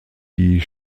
die